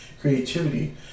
creativity